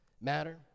matter